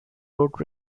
road